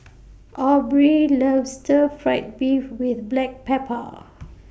Aubrey loves Stir Fry Beef with Black Pepper